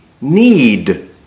need